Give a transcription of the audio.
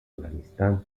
afganistán